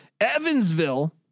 Evansville